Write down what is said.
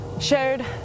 shared